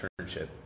internship